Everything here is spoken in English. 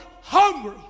hungry